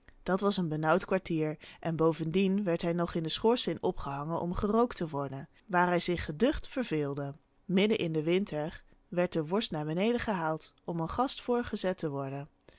dat was een benauwd kwartier en bovendien werd hij nog in den schoorsteen opgehangen om gerookt te worden waar hij zich geducht verveelde midden in den winter werd de worst naar beneden gehaald om een gast voorgezet te worden